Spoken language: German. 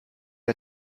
der